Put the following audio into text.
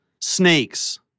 snakes